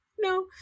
no